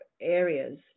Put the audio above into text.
areas